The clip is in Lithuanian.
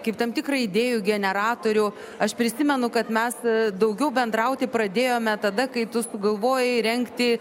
kaip tam tikrą idėjų generatorių aš prisimenu kad mes daugiau bendrauti pradėjome tada kai tu sugalvojai rengti